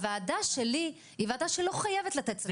הוועדה שלי היא לא וועדה שחייבת לתת הצעות לסדר.